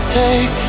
take